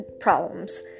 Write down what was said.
problems